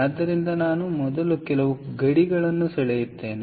ಆದ್ದರಿಂದ ನಾನು ಮೊದಲು ಕೆಲವು ಗಡಿಗಳನ್ನು ಸೆಳೆಯುತ್ತೇನೆ